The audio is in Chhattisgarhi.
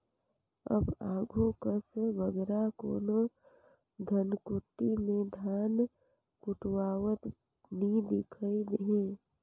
अब आघु कस बगरा कोनो धनकुट्टी में धान कुटवावत नी दिखई देहें